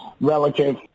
relative